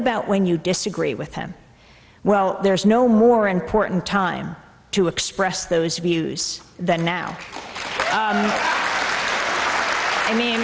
about when you disagree with him well there's no more important time to express those views than now i mean